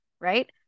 right